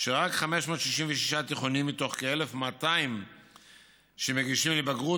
שרק 566 תיכונים מתוך כ-1,200 שמגישים לבגרות